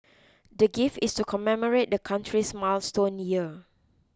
the gift is to commemorate the country's milestone year